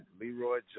Leroy